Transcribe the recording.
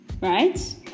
right